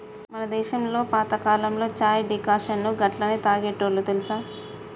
మన దేసంలో పాతకాలంలో చాయ్ డికాషన్ను గట్లనే తాగేటోల్లు తెలుసా